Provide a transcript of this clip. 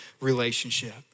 relationship